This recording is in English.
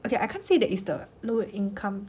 okay I can't say that it's the low income